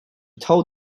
told